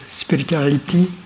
spirituality